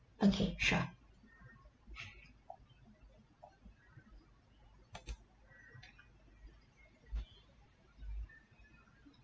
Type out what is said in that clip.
okay sure